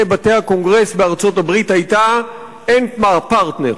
בתי הקונגרס בארצות-הברית היתה "אין פרטנר".